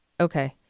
Okay